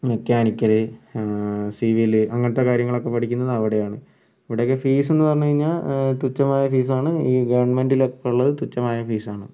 mechanical civil അങ്ങനത്തെ കാര്യങ്ങളൊക്കെ പഠിക്കുന്നത് അവിടെയാണ് ഇവിടെയൊക്കെ ഫീസ് എന്ന് പറഞ്ഞു കഴിഞ്ഞാൽ തുച്ഛമായ ഫീസാണ് ഈ ഗവൺമെൻ്റിലൊക്കെ ഉള്ളത് തുച്ഛമായ ഫീസാണ്